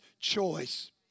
choice